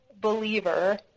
believer